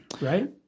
right